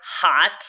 hot